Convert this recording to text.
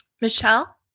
Michelle